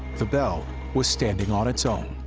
the belle was standing on its own.